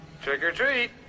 trick-or-treat